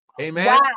Amen